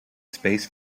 space